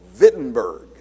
Wittenberg